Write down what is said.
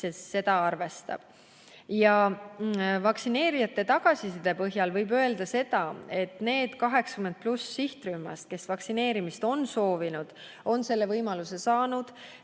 seda arvestab. Vaktsineerijate tagasiside põhjal võib öelda seda, et need üle 80‑aastaste sihtrühmast, kes vaktsineerimist on soovinud, on selle võimaluse saanud,